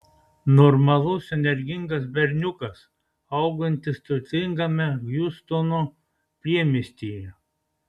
normalus energingas berniukas augantis turtingame hjustono priemiestyje